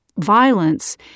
violence